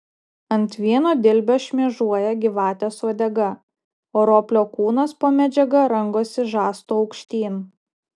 ant vieno dilbio šmėžuoja gyvatės uodega o roplio kūnas po medžiaga rangosi žastu aukštyn